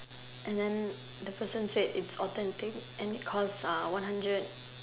and then the person said it's authentic and it cost ah one hundred